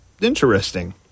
interesting